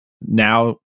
now